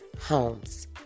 homes